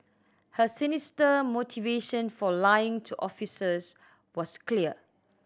her sinister motivation for lying to officers was clear